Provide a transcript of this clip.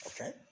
Okay